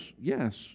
yes